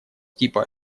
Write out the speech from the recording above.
типа